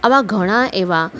આવા ઘણા એવા